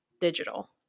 digital